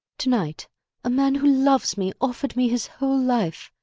to-night a man who loves me offered me his whole life.